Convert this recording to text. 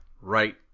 right